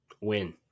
Win